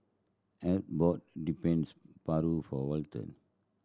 and bought depends paru for Walton